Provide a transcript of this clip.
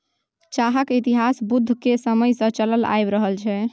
चाहक इतिहास बुद्ध केर समय सँ चलल आबि रहल छै